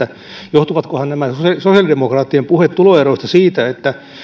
johtuvatkohan nämä sosiaalidemokraattien puheet tuloeroista siitä että